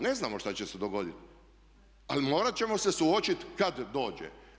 Ne znamo što će se dogoditi, ali morat ćemo se suočit kad dođe.